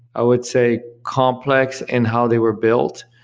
i would say complex in how they were built.